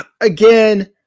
again